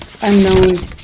Unknown